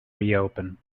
reopen